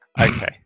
Okay